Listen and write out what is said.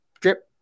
drip